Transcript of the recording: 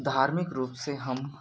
धार्मिक रूप से हम